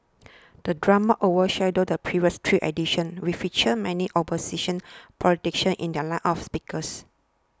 the drama overshadowed the previous three editions featured many opposition politicians in their lineup of speakers